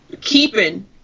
keeping